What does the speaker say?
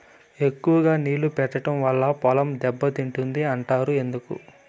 ఎక్కువగా నీళ్లు పెట్టడం వల్ల పొలం దెబ్బతింటుంది అంటారు ఎందుకు?